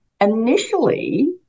Initially